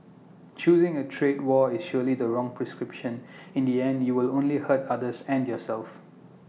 choosing A trade war is surely the wrong prescription in the end you will only hurt others and yourself